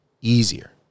easier